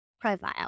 profile